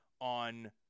on